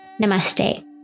namaste